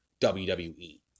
WWE